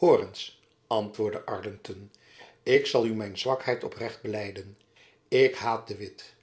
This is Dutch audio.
eens antwoordde arlington ik zal u mijn zwakheid oprecht belijden ik haat de witt